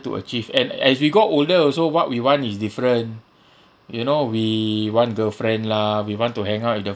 to achieve and as we got older also what we want is different you know we want girlfriend lah we want to hang out with the